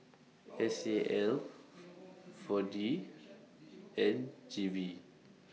S A L four D and G V